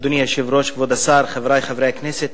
אדוני היושב-ראש, כבוד השר, חברי חברי הכנסת,